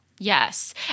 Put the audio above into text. Yes